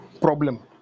problem